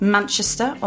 Manchester